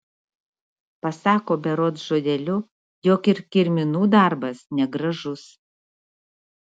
pasako berods žodeliu jog ir kirminų darbas negražus